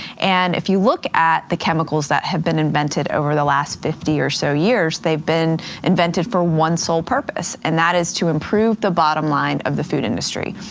and if you look at the chemicals that have been invented over the last fifty or so years, they've been invented for one sole purpose, and that is to improve the bottom line of the food industry.